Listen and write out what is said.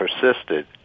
persisted